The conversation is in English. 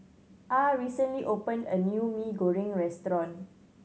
Ah recently opened a new Mee Goreng restaurant